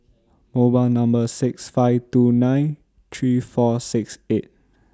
mobile Number six five two nine three four six eight